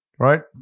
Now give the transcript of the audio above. right